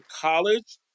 college